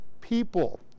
people